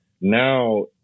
now